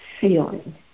feeling